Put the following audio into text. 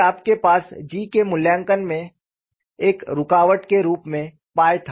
और फिर आपके पास G के मूल्यांकन में एक रुकावट के रूप में था